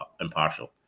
impartial